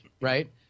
right